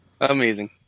Amazing